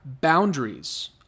boundaries